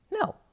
No